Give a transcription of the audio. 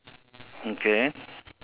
okay